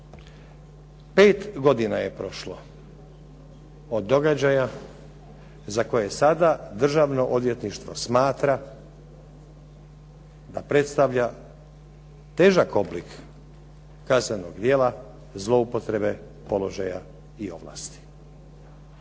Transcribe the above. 5 godina je prošlo od događaja za koje sada Državno odvjetništvo smatra da predstavlja težak oblik kaznenog djela zloupotrebe položaja i ovlasti.